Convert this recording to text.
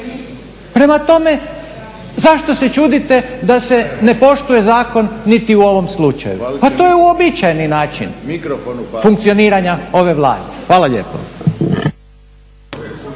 Prema tome, zašto se čudite da se ne poštuje zakon niti u ovom slučaju? Pa to je uobičajeni način funkcioniranja ove Vlade. Hvala lijepo.